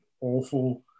awful